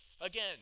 Again